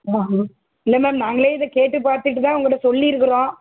இல்லை மேம் நாங்களே இதே கேட்டு பார்த்துட்டு தான் உங்கக்கிட்டே சொல்லிருக்கிறோம்